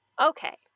okay